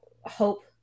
Hope